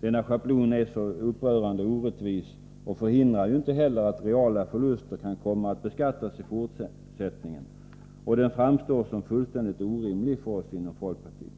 Denna schablon är upprörande orättvis och hindrar ju inte heller att reala förluster kan komma att beskattas i fortsättningen. Schablonen framstår som fullständigt orimlig för oss inom folkpartiet.